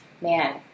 man